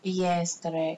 yes correct